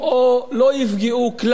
או לא יפגעו כלל,